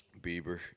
Bieber